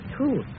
True